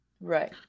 Right